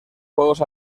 juegos